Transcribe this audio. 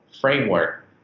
framework